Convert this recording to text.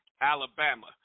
Alabama